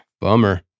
Bummer